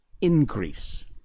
increase